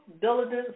diligence